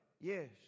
yes